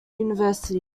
university